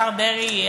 השר דרעי,